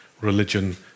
religion